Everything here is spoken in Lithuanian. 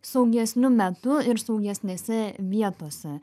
saugesniu metu ir saugesnėse vietose